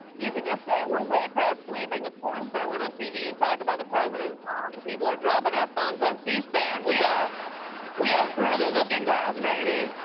you could just say it. we're way past bleeping. a porn star went on tv and talked about the president's and people dropping ah f-bombs on c-span. we are we are through the looking glass, baby.